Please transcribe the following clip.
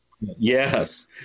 Yes